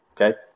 okay